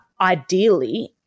ideally